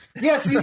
Yes